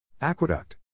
Aqueduct